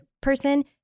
person